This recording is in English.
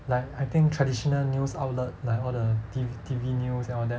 like I think traditional news outlet like all the T~ T_V news and all that